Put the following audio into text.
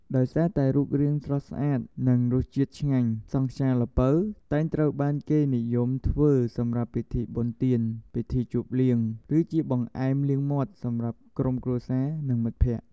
ដោយសារតែរូបរាងស្រស់ស្អាត និងរសជាតិឆ្ងាញ់ សង់ខ្យាល្ពៅតែងត្រូវបានគេនិយមធ្វើសម្រាប់ពិធីបុណ្យទាន ពិធីជប់លៀង ឬជាបង្អែមលាងមាត់សម្រាប់ក្រុមគ្រួសារ និងមិត្តភក្តិ។